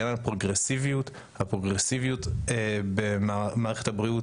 לעניין הפרוגרסיביות במערכת הבריאות